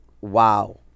Wow